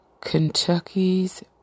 Kentucky's